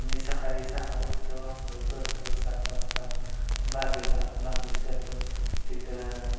मी सकाळी सहाला उठतो आंघोळ करतो सात वाजता बागेला बागेत जातो तिथं